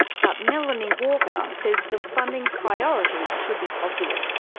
but melanie walker says the funding priority should be obvious.